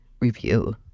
review